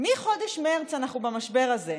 מחודש מרץ אנחנו במשבר הזה,